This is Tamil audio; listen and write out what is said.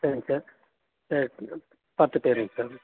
சரிங்க சார் சரி பத்து பேருங்க சார்